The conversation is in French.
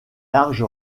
large